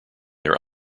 their